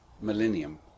millennium